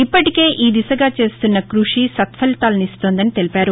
ఇప్పటికే ఈ దిశగా చేస్తున్న కృషి సత్ఫలితాలనిస్తోందని తెలిపారు